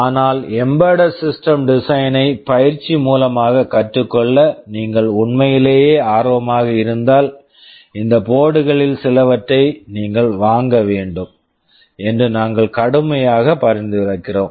ஆனால் embedded system design embedded system design ஐ பயிற்சி மூலமாக கற்றுக் கொள்ள நீங்கள் உண்மையிலேயே ஆர்வமாக இருந்தால் இந்த போர்ட்டு board களில் சிலவற்றை நீங்கள் வாங்க வேண்டும் என்று நாங்கள் கடுமையாக பரிந்துரைக்கிறோம்